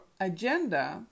agenda